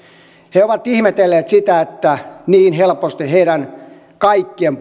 he ovat ihmetelleet sitä että niin helposti heidän kaikkien